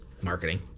marketing